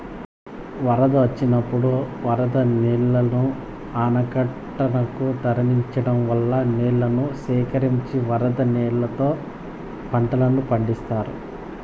వరదలు వచ్చినప్పుడు వరద నీళ్ళను ఆనకట్టలనకు తరలించడం వల్ల నీళ్ళను సేకరించి వరద నీళ్ళతో పంటలను పండిత్తారు